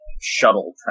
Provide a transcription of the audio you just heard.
shuttle